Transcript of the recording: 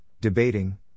debating